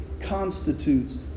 constitutes